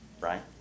right